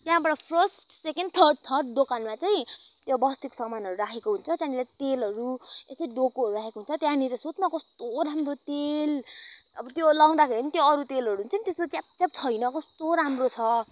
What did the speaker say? त्यहाँबाट first second third third दोकानमा चाहिँ त्यो बस्तीको समानहरू राखेको हुन्छ त्यहाँनिर तेलहरू यस्तै डोकोहरू राखेको हुन्छ त्यहाँनिर सोध न कस्तो राम्रो तेल अब त्यो लाउँदाखेरि पनि त्यो अरू तेलहरू हुन्छ नि त्यस्तो च्याप च्याप छैन कस्तो राम्रो छ